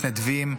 מתנדבים,